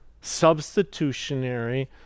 substitutionary